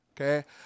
Okay